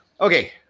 Okay